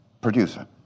producer